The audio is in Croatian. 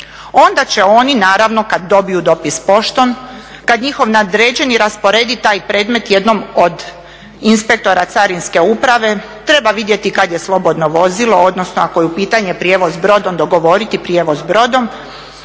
Onda će oni naravno kad dobiju dopis poštom, kad njihov nadređeni rasporedi taj predmet jednom od inspektora Carinske uprave treba vidjeti kad je slobodno vozilo, odnosno ako je u pitanju prijevoz brodom dogovoriti prijevoz brodom